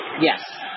Yes